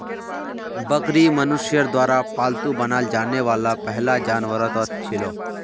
बकरी मनुष्यर द्वारा पालतू बनाल जाने वाला पहला जानवरतत छिलो